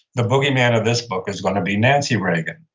the bogeyman of this book is gonna be nancy reagan.